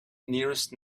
nearest